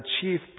chief